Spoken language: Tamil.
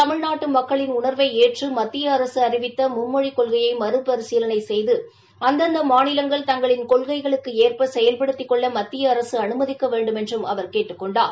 தமிழ்நாட்டு மக்களின் உணா்வை ஏற்று மத்திய அரசு அறிவித்த மும்மொழிக் கொள்கையை மறுபரிசீலனை செய்து அந்தந்த மாநிவங்கள் தங்களின் கொள்கைளுக்கு ஏற்ப செயல்படுத்திக் கொள்ள மத்திய அரசு அனுமதிக்க வேண்டுமென்றும் அவர் கேட்டுக் கொண்டார்